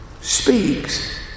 speaks